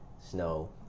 snow